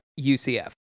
UCF